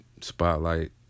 Spotlight